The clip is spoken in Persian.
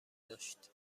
داشت